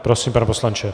Prosím, pane poslanče.